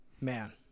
man